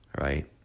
right